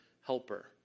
helper